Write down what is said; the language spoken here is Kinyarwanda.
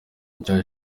nshya